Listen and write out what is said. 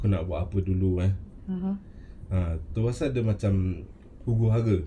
aku nak buat apa dulu ah tu rasa macam huru-hara